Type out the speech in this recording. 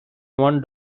one